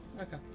Okay